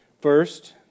First